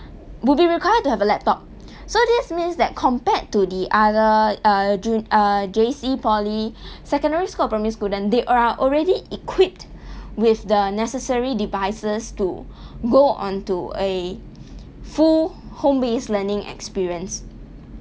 would be required to have a laptop so this means that compared to the other uh jun~ uh J_C poly secondary school or primary school then they are already equipped with the necessary devices to go on to a full home-based learning experience